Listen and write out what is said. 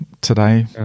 today